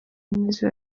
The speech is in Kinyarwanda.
nizo